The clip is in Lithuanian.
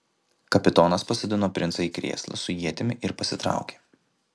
kapitonas pasodino princą į krėslą su ietimi ir pasitraukė